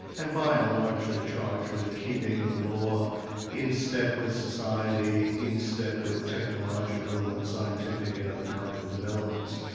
and by and large they're charged with keeping the law in step with society, in step with technological and scientific and other kind of developments.